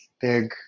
big